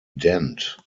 dent